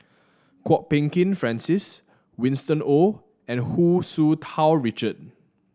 Kwok Peng Kin Francis Winston Oh and Hu Tsu Tau Richard